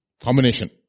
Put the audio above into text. Combination